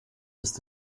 ist